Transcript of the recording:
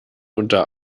unter